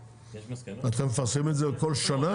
אתה מפרסם את זה על כל שנה?